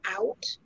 out